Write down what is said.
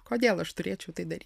kodėl aš turėčiau tai dary